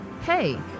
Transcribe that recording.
hey